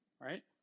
Right